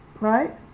Right